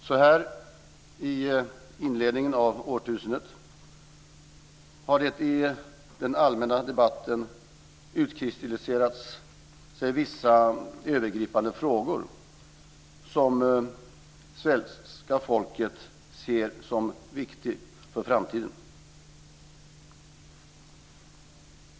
Så här i inledningen av årtusendet har det i den allmänna debatten utkristalliserats vissa övergripande frågor som svenska folket ser som viktiga för framtiden.